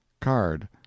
card